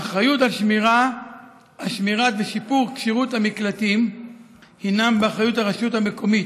האחריות על שמירת כשירות המקלטים ושיפורם היא באחריות הרשות המקומית,